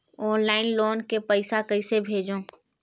Online loan के पईसा कइसे भेजों?